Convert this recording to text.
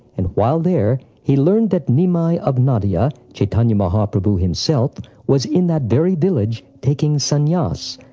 and while there, he learned that nimai of nadia chaitanya mahaprabhu himself was in that very village taking sannyasa,